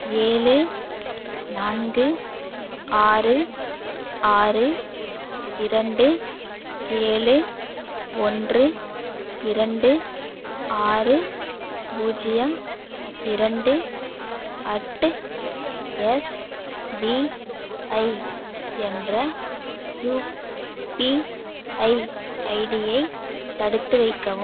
ஏழு நான்கு ஆறு ஆறு இரண்டு ஏழு ஒன்று இரண்டு ஆறு பூஜ்ஜியம் இரண்டு அட்டு எஸ்பிஐ என்ற யுபிஐ ஐடியை தடுத்து வைக்கவும்